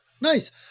Nice